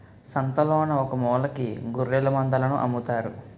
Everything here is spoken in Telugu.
సంతలోన ఒకమూలకి గొఱ్ఱెలమందలను అమ్ముతారు